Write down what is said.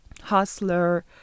hustler